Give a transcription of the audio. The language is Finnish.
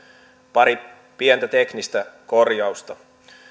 pari pientä teknistä korjausta